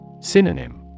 Synonym